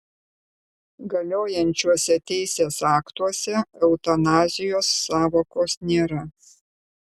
galiojančiuose teisės aktuose eutanazijos sąvokos nėra